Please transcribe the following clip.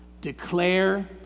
Declare